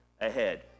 ahead